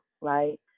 right